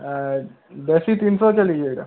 ଦେଶୀ ତିନ୍ଶହ ଚାଲିଛେ ଇଟା